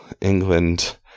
England